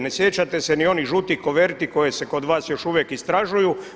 Ne sjećate se ni onih žutih koverti koje se kod vas još uvijek istražuju.